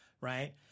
right